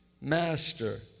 Master